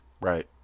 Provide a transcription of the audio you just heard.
Right